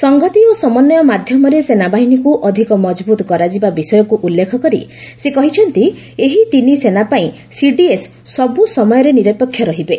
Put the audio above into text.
ସଂହତି ଓ ସମନ୍ୱୟ ମାଧ୍ୟମରେ ସେନାବାହିନୀକୁ ଅଧିକ ମଜବୁତ୍ କରାଯିବା ବିଷୟକୁ ଉଲ୍ଲେଖ କରି ସେ କହିଛନ୍ତି ଏହି ତିନି ସେନା ପାଇଁ ସିଡିଏସ୍ ସବୁ ସମୟରେ ନିରପେକ୍ଷ ରହିବେ